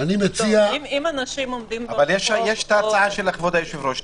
יש ההצעה של כבוד היושב-ראש .